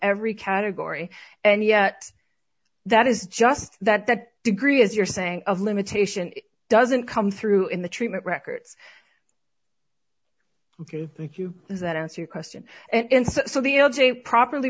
every category and yet that is just that that degree as you're saying of limitation doesn't come through in the treatment records that answer your question and so the l j properly